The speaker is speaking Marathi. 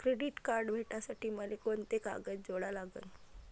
क्रेडिट कार्ड भेटासाठी मले कोंते कागद जोडा लागन?